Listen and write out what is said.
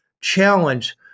challenge